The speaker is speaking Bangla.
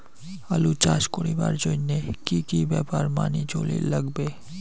আলু চাষ করিবার জইন্যে কি কি ব্যাপার মানি চলির লাগবে?